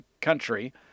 country